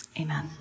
Amen